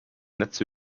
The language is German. netze